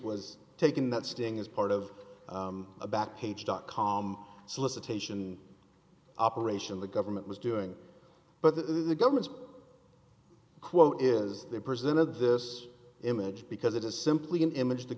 was taking that sting as part of a back page dot com solicitation operation the government was doing but the government's quote is they presented this image because it is simply an image the